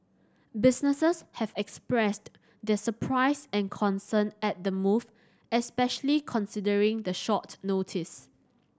businesses have expressed their surprise and concern at the move especially considering the short notice